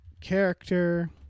character